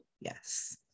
yes